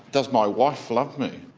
does my wife love me?